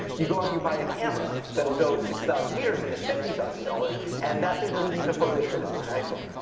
you go out and you buy a camera that'll go six thousand meters, and it's fifty thousand dollars, and that thing doesn't take a photo as good as my iphone.